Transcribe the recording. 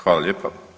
Hvala lijepa.